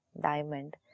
diamond